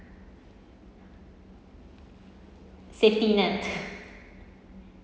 safety net